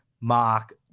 Mark